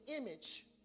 image